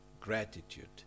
gratitude